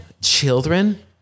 Children